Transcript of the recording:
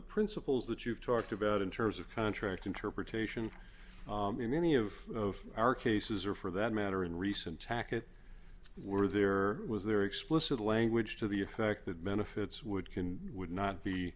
principles that you've talked about in terms of contract interpretation in any of our cases or for that matter in recent tackett were there was there explicit language to the effect that men if it's would can would not be